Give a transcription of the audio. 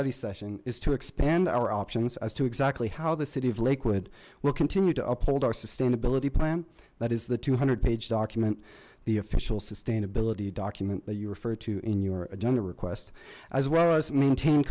study session is to expand our options as to exactly how the city of lakewood will continue to uphold our sustainability plan that is the two hundred page document the official sustainability document that you refer to in your agenda request as well as maintain